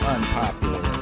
Unpopular